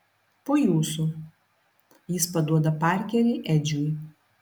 po jūsų jis paduoda parkerį edžiui